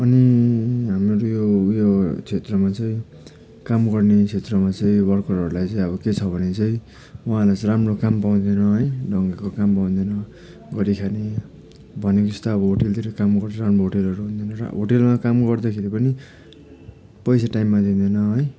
अनि हाम्रो यो उयो क्षेत्रमा चाहिँ काम गर्ने क्षेत्रमा चाहिँ यो वर्करहरूलाई चाहिँ अब के छ भने चाहिँ उहाँहरूले चाहिँ राम्रो काम पाउँदैन है ढङ्गको काम पाउँदैन गरिखाने भनेको जस्तो अब होटलतिर काम गरिरहनु होटलहरू होटलमा काम गर्दाखेरि पनि पैसा टाइममा दिँदैन है